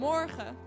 Morgen